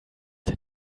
hier